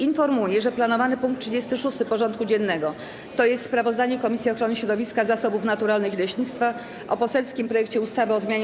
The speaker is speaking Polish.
Informuję, że planowany punkt 36. porządku dziennego: Sprawozdanie Komisji Ochrony Środowiska, Zasobów Naturalnych i Leśnictwa o poselskim projekcie ustawy o zmianie